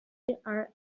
are